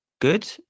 good